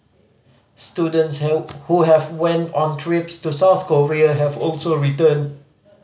students who went on trips to South Korea have also returned